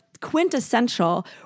quintessential